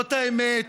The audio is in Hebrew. זאת האמת,